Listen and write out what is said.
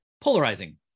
polarizing